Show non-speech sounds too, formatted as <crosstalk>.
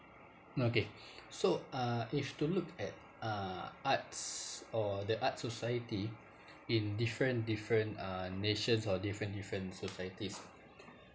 okay <breath> so uh if you were to look at uh arts or the art society in different different uh nations or different different societies